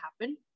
happen